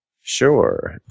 Sure